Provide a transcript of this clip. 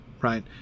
Right